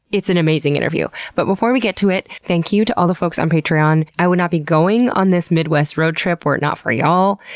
it's an amazing interview. but before we get to it, thank you to all the folks on patreon. i would not be going on this midwest road trip were it not for y'all.